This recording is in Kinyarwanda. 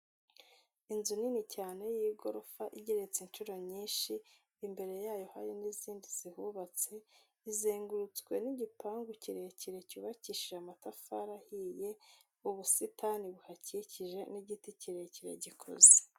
Inzu nini cyane y'igorofa igeretse inshuro nyinshi, imbere yayo hari n'izindi zihubatse zizengurutswe n'igipangu kirekire cyubakishije amatafari ahiye, ubusitani buhakikije n'igiti kirekire gikuze.